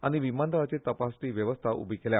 आनी विमानतळांचेर तपासणी वेवस्था उबी केल्या